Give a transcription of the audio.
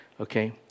Okay